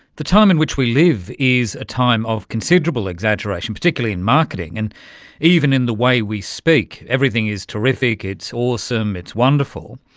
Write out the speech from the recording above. the time in which we live is a time of considerable exaggeration, particularly in marketing. and even in the way we speak, everything is terrific, it's awesome, it's wonderful.